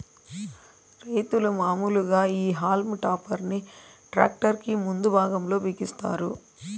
రైతులు మాములుగా ఈ హల్మ్ టాపర్ ని ట్రాక్టర్ కి ముందు భాగం లో బిగిస్తారు